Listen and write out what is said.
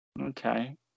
Okay